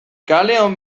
kalean